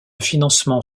financement